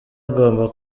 agomba